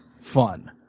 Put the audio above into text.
fun